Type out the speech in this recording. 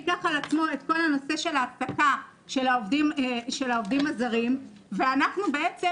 ייקח על עצמו את כל הנושא של העסקה של העובדים הזרים ואנחנו בעצם,